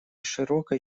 широкой